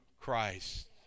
Christ